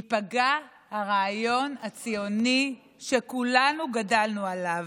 הוא שביום שאחרי ייפגע הרעיון הציוני שכולנו גדלנו עליו: